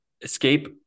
Escape